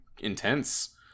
intense